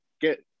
get